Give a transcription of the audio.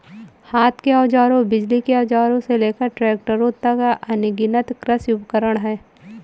हाथ के औजारों, बिजली के औजारों से लेकर ट्रैक्टरों तक, अनगिनत कृषि उपकरण हैं